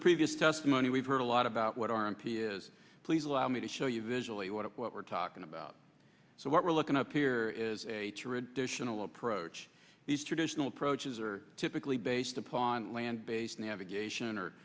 the previous testimony we've heard a lot about what our m p is please allow me to show you visualize what it what we're talking about so what we're looking up here is a to read dish and all approach these traditional approaches are typically based upon land based navigation or